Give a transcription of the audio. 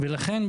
לכן,